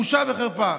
בושה וחרפה.